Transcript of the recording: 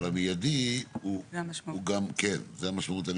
זו המשמעות,